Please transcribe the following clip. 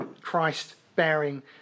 Christ-bearing